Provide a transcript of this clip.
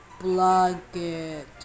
blanket